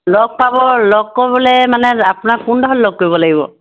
লগ পাব লগ কৰিবলৈ মানে আপোনাক কোনডোখৰত লগ কৰিব লাগিব